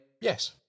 Yes